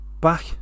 Back